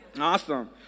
Awesome